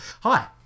Hi